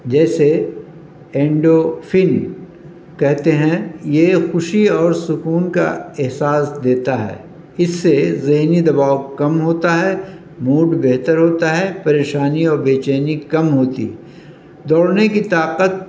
جسے اینڈورفن کہتے ہیں یہ خوشی اور سکون کا احساس دیتا ہے اس سے ذہنی دباؤ کم ہوتا ہے موڈ بہتر ہوتا ہے پریشانی اور بے چینی کم ہوتی ہے دوڑنے کی طاقت